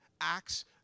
acts